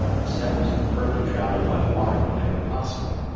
the settlers preferred to travel by water whenever possible.